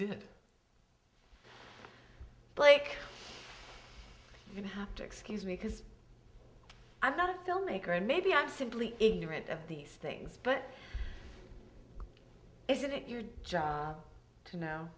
you have to excuse me because i'm not a filmmaker and maybe i'm simply ignorant of these things but isn't it your job to know